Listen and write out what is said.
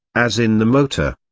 as in the motor.